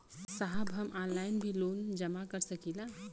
साहब हम ऑनलाइन भी लोन जमा कर सकीला?